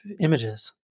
images